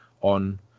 on